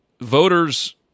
voters